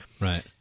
right